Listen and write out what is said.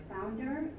founder